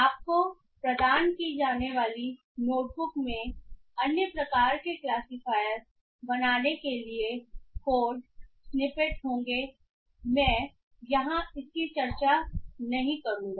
आपको प्रदान की जाने वाली नोटबुक में अन्य प्रकार के क्लासिफायर बनाने के लिए कोड स्निपेट होंगे मैं यहां इसकी चर्चा नहीं करूँगा